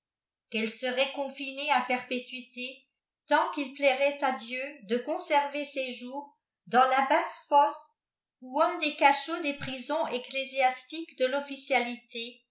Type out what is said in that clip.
qu'elle serait continée k perpétuité tant qu'il plairai k dieu de conserver ses ses jours dans la basse fosic ou un des cachots des prisons ecclésiastiques de l'officialité